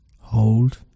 hold